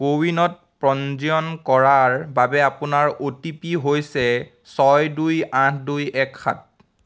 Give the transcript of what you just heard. ক'ৱিনত পঞ্জীয়ন কৰাৰ বাবে আপোনাৰ অ'টিপি হৈছে ছয় দুই আঠ দুই এক সাত